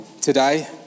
today